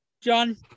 John